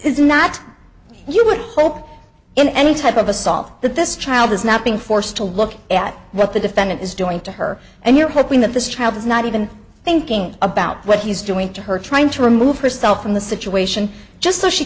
not you would hope in any type of assault that this child is not being forced to look at what the defendant is doing to her and you're hoping that this child is not even thinking about what he's doing to her trying to remove herself from the situation just so she